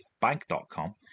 bank.com